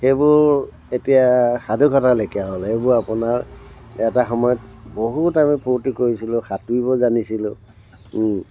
সেইবোৰ এতিয়া সাধুকথাৰ লেখীয়া হ'ল সেইবোৰ আপোনাৰ এটা সময়ত বহুত আমি ফূৰ্তি কৰিছিলোঁ সাঁতুৰিব জানিছিলোঁ